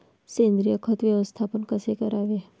सेंद्रिय खत व्यवस्थापन कसे करावे?